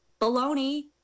baloney